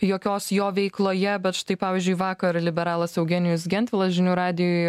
jokios jo veikloje bet štai pavyzdžiui vakar liberalas eugenijus gentvilas žinių radijui